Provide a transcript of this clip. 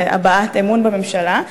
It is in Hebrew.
זה הבעת אמון בממשלה,